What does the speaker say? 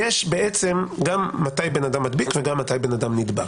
יש גם מתי בן אדם מדביק וגם מתי בן אדם נדבק.